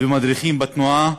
ומדריכים בתנועה.